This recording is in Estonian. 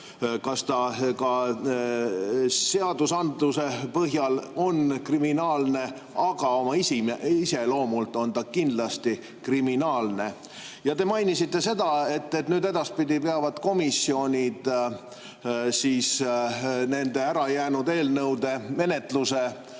kas ka seadusandluse põhjal – on kriminaalne. Oma iseloomult on see kindlasti kriminaalne. Te mainisite seda, et edaspidi peavad komisjonid nende ärajäänud eelnõude menetluse